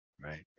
right